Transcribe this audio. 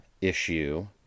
issue